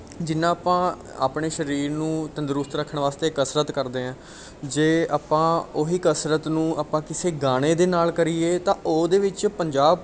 ਜਿੰਨਾ ਆਪਾਂ ਆਪਣੇ ਸਰੀਰ ਨੂੰ ਤੰਦਰੁਸਤ ਰੱਖਣ ਵਾਸਤੇ ਕਸਰਤ ਕਰਦੇ ਹਾਂ ਜੇ ਆਪਾਂ ਉਹੀ ਕਸਰਤ ਨੂੰ ਆਪਾਂ ਕਿਸੇ ਗਾਣੇ ਦੇ ਨਾਲ ਕਰੀਏ ਤਾਂ ਉਹਦੇ ਵਿੱਚ ਪੰਜਾਹ